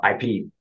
IP